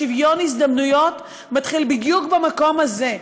שוויון ההזדמנויות מתחיל בדיוק במקום הזה,